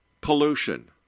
Pollution